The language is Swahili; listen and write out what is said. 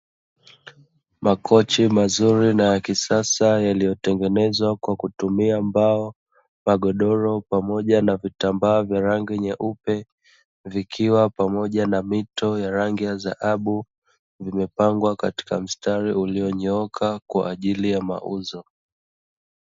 Makochi mazuri na ya kisasa yaliyotengenezwa kwa kutumia mbao, magodoro pamoja na vitambaa vya rangi nyeupe, vikiwa pamoja na mito ya rangi ya dhahabu, vimepangwa katika mstari ulionyooka kwa ajili ya mauzo.